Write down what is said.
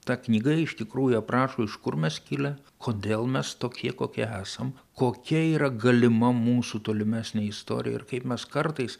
ta knyga iš tikrųjų aprašo iš kur mes kilę kodėl mes tokie kokie esam kokia yra galima mūsų tolimesnė istorija ir kaip mes kartais